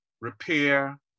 repair